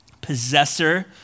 possessor